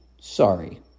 sorry